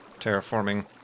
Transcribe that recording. terraforming